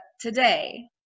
today